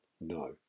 No